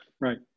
Right